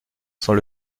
sans